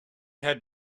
had